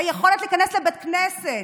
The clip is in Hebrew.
היכולת להיכנס לבית כנסת.